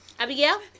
Abigail